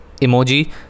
emoji